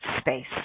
space